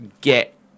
get